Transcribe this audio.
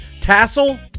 tassel